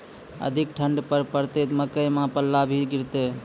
अधिक ठंड पर पड़तैत मकई मां पल्ला भी गिरते?